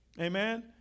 Amen